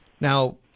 Now